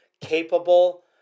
capable